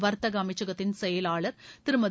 வர்த்தக அமைச்சகத்தின் செயலாளர் திருமதி